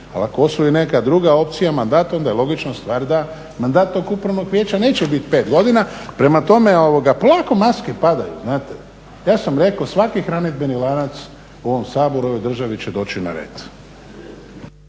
Ali ako osvoji neka druga opcija mandat onda je logična stvar da mandat upravnog vijeća neće biti 5 godina. Prema tome polako maske padaju, znate. Ja sam rekao svaki hranidbeni lanac u ovom Saboru i u ovoj državi će doći na red.